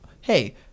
hey